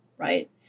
right